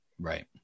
Right